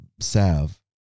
salve